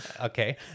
okay